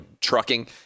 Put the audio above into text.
trucking